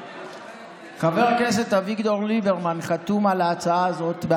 חבר הכנסת אביגדור ליברמן חתום על ההצעה הזאת,